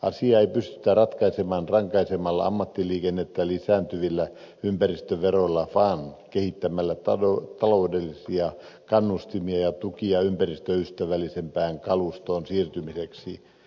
asiaa ei pystytä ratkaisemaan rankaisemalla ammattiliikennettä lisääntyvillä ympäristöveroilla vaan kehittämällä taloudellisia kannustimia ja tukia ympäristöystävällisempään kalustoon siirtymiseksi